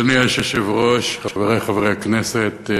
אדוני היושב-ראש, חברי חברי הכנסת,